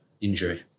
injury